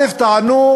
קודם כול,